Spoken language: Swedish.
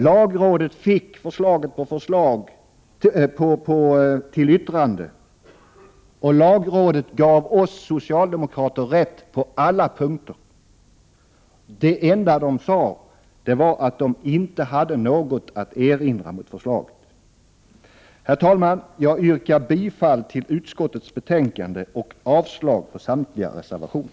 Lagrådet fick förslaget för yttrande och gav oss socialdemokrater rätt på alla punkter. Det enda man egentligen sade var att man inte hade något att erinra mot förslaget. Herr talman! Jag yrkar bifall till utskottets hemställan och avslag på samtliga reservationer. '